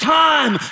time